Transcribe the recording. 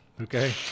okay